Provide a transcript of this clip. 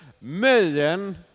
million